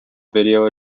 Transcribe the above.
video